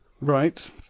Right